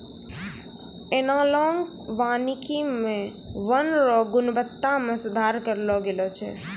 एनालाँक वानिकी मे वन रो गुणवत्ता मे सुधार करलो गेलो छै